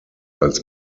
als